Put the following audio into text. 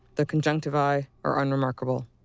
the conjunctivae are unremarkable.